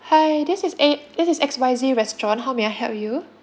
hi this is A this is X Y Z restaurant how may I help you